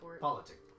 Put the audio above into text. politics